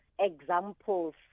examples